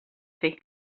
fer